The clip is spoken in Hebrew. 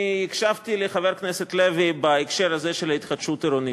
אני הקשבתי לחבר הכנסת לוי בהקשר של התחדשות עירונית.